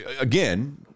again